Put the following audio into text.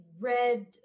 red